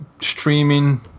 streaming